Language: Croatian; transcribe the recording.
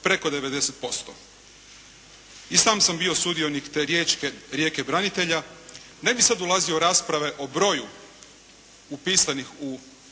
Preko 90%. I sam sam bio sudionik te Riječke rijeke branitelja. Ne bih sad ulazio u rasprave o broju upisanih u